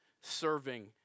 serving